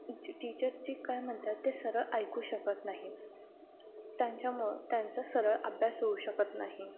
टीचरची काय म्हणतात ते सरळ ऐकू शकत नाही त्यांच्यामुळं त्यांचा सरळ अभ्यास होऊ शकत नाही